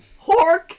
Hork